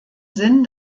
sinn